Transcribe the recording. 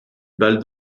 balle